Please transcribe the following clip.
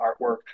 artwork